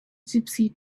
gypsy